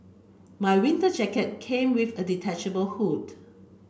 my winter jacket came with a detachable hood